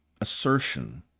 assertion